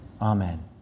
Amen